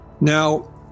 Now